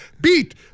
Beat